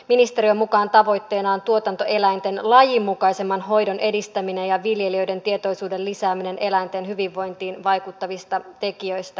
ministeriön mukaan tavoitteena on tuotantoeläinten lajinmukaisemman hoidon edistäminen ja viljelijöiden tietoisuuden lisääminen eläinten hyvinvointiin vaikuttavista tekijöistä